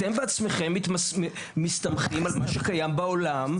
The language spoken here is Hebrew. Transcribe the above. אתם בעצמכם מסתמכים על מה שקיים בעולם.